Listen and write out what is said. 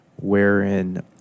wherein